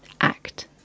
Act